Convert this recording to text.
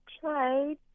tried